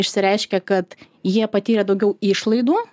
išsireiškė kad jie patyrė daugiau išlaidų